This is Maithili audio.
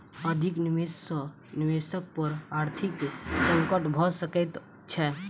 अधिक निवेश सॅ निवेशक पर आर्थिक संकट भ सकैत छै